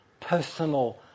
personal